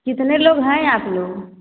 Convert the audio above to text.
कितने लोग हैं आप लोग